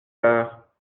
heures